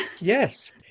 yes